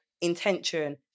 intention